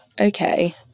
okay